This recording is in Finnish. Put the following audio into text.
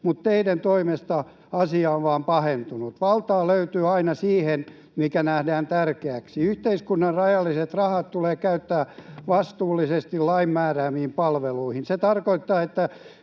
mutta teidän toimestanne asia on vain pahentunut. Valtaa löytyy aina siihen, mikä nähdään tärkeäksi. Yhteiskunnan rajalliset rahat tulee käyttää vastuullisesti lain määräämiin palveluihin. Se tarkoittaa, että